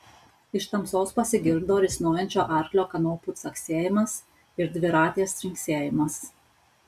iš tamsos pasigirdo risnojančio arklio kanopų caksėjimas ir dviratės trinksėjimas